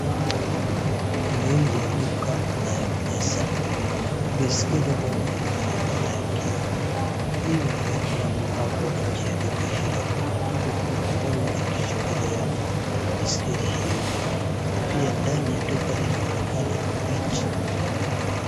Ni nje ya duka la M-pesa, baiskeli moja inaonekana ikiwa imewekwa hapo nje ya duka hilo, huku mkono ikishikilia baiskeli hiyo. Pia dani ya duka linaonekana fridge ..